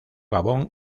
gabón